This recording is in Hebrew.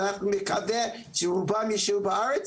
ואנחנו נקווה שרובם יישארו בארץ,